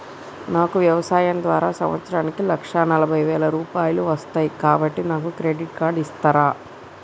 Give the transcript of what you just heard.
నాకు వ్యవసాయం ద్వారా సంవత్సరానికి లక్ష నలభై వేల రూపాయలు వస్తయ్, కాబట్టి నాకు క్రెడిట్ కార్డ్ ఇస్తరా?